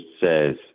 says